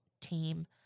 team